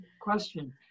question